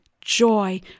joy